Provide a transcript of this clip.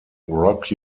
rock